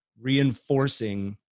reinforcing